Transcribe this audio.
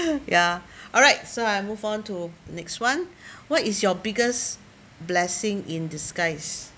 ya alright so I move on to next one what is your biggest blessing in disguise